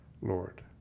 Lord